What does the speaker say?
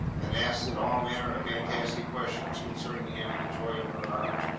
and asked it all manner of fantastic questions concerning him in the joy of her heart